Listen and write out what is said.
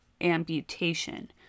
amputation